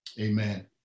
Amen